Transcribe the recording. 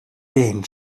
den